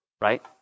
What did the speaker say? right